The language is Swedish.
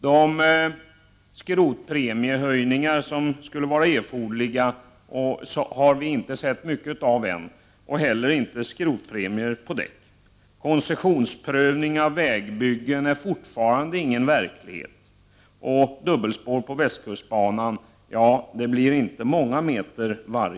De premiehöjningar för skrotning av bilar som skulle vara erforderliga har vi ännu inte sett mycket av och heller inte några skrotpremier på däck. Någon koncessionsprövning av vägbyggen har ännu inte genomförts, och det blir inte många meter per år av dubbelspår på västkustbanan.